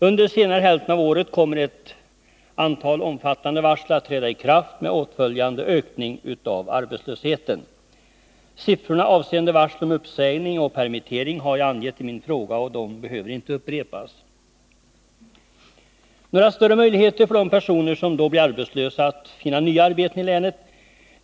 Under senare hälften av året kommer ett antal omfattande varsel att träda i kraft med åtföljande ökning av arbetslösheten. Siffrorna avseende varsel om uppsägning och permittering har jag angett i min fråga, och de behöver inte upprepas. Det bedöms inte komma att finnas några större möjligheter för dem som då blir arbetslösa att finna nya arbeten i länet.